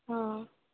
অঁ